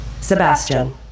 Sebastian